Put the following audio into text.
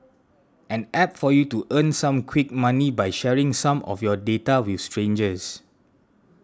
an App for you to earn some quick money by sharing some of your data with strangers